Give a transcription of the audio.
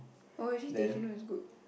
oh actually teh cino is good